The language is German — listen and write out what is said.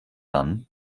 dann